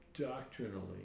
doctrinally